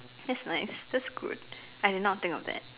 that's nice that's good I did not think of that